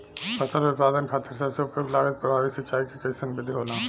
फसल उत्पादन खातिर सबसे उपयुक्त लागत प्रभावी सिंचाई के कइसन विधि होला?